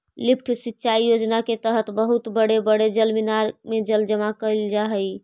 lift सिंचाई योजना के तहत बहुत बड़े बड़े जलमीनार में जल जमा कैल जा हई